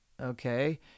Okay